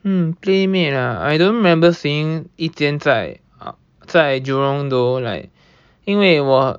mm Playmade ah I don't remember seeing 一间在在 Jurong though like 因为我